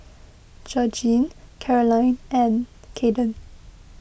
Georgine Carolyne and Caden